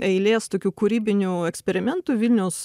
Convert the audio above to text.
eilės tokių kūrybinių eksperimentų vilniaus